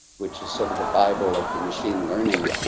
which is sort of the bible of the machine learning,